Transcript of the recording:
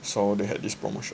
so they had this promotion